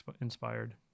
inspired